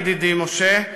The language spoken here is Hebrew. ידידי משה,